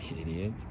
idiot